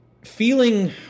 Feeling